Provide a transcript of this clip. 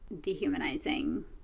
dehumanizing